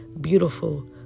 beautiful